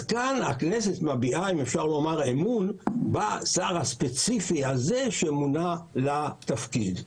כאן הכנסת מביעה אם אפשר לומר אמון בשר הספציפי הזה שמונה לתפקיד.